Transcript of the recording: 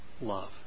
love